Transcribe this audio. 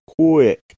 quick